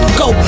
go